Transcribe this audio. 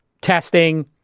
testing